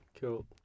Cool